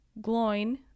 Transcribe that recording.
Gloin